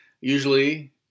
Usually